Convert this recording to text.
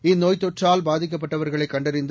இந்நோய்த் தொற்றால் பாதிக்கப்பட்டவர்களை கண்டறிந்து